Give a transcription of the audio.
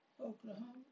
Oklahoma